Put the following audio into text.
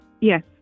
Yes